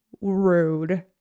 rude